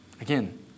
Again